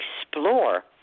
explore